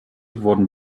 wurden